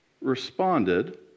responded